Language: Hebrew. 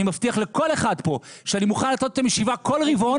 אני מבטיח לכל אחד פה שאני מוכן לעשות איתם ישיבה כל רבעון,